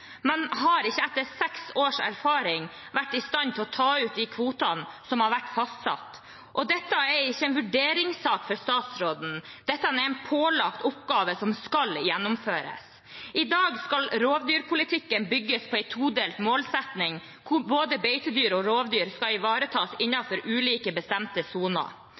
Man har etter seks års erfaring ikke vært i stand til å ta ut de kvotene som har vært fastsatt. Dette er ikke en vurderingssak for statsråden. Dette er en pålagt oppgave som skal gjennomføres. I dag skal rovdyrpolitikken bygge på en todelt målsetting hvor både beitedyr og rovdyr skal ivaretas innenfor ulike bestemte soner.